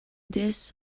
this